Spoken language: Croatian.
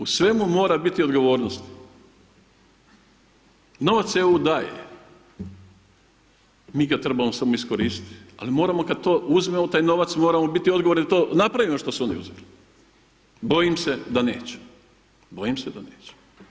U svemu mora biti odgovornosti, novce EU daje, mi ga trebamo samo iskoristiti, al moramo kad uzmemo taj novac mi moramo biti odgovorni da to napravimo što su oni uzeli, bojim se da neće, bojim se da neće.